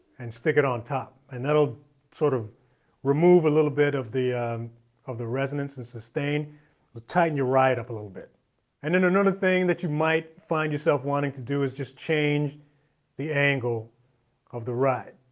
and stick it on top and that will sort of remove a little bit of the of the resonance and sustain. it'll tighten your ride up a little bit and then another thing that you might find yourself wanting to do is just change the angle of the ride.